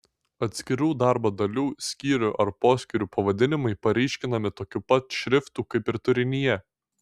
atskirų darbo dalių skyrių ar poskyrių pavadinimai paryškinami tokiu pat šriftu kaip ir turinyje